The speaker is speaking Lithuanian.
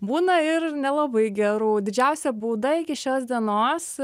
būna ir nelabai gerų didžiausia bauda iki šios dienos